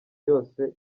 yose